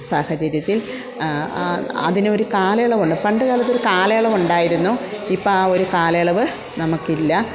സാഹചര്യത്തിൽ അതിനൊരു കാലയളവുണ്ട് പണ്ട് കാലത്തൊരു കാലയളവുണ്ടായിരുന്നു ഇപ്പം ആ ഒരു കാലയളവ് നമുക്ക് ഇല്ല